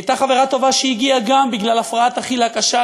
היא הייתה חברה טובה שהגיעה גם כן בגלל הפרעת אכילה קשה,